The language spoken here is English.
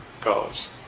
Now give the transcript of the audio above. goes